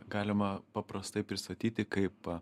galima paprastai pristatyti kaip